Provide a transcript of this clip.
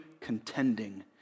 contending